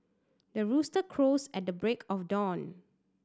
the rooster crows at the break of dawn